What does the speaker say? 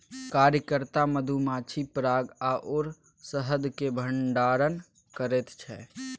कार्यकर्ता मधुमाछी पराग आओर शहदक भंडारण करैत छै